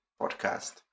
podcast